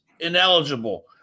Ineligible